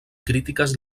crítiques